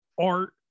art